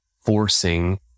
forcing